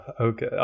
okay